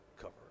cover